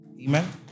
Amen